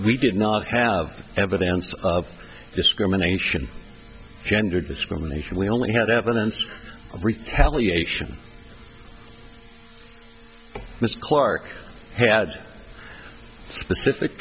we did not have evidence of discrimination gender discrimination we only had evidence of retaliation mr clark had specific